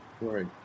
right